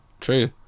true